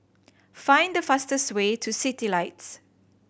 find the fastest way to Citylights